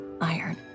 Iron